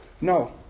No